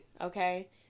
okay